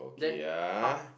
ya